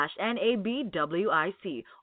NABWIC